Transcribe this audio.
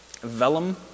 vellum